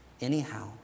anyhow